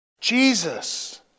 Jesus